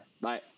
Bye